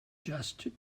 just